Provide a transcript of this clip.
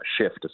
shift